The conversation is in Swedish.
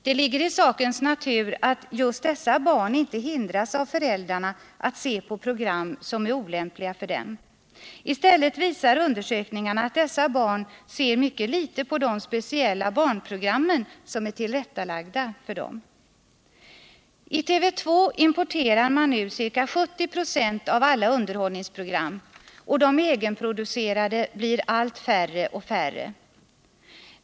Det ligger i sakens natur att just dessa barn inte hindras av föräldrarna att se på program som är olämpliga för dem. I stället visar undersökningarna att dessa barn ser mycket litet på de speciella barnprogram som är tillrättalagda för dem. Inom TV 2 importerar man nu ca 70 96 av alla underhållningsprogram, och de egenproducerade blir allt färre.